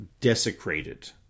desecrated